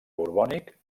borbònic